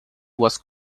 was